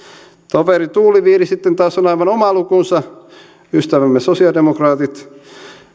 toveri tuuliviiri sitten taas on aivan oma lukunsa ystävämme sosialidemokraatit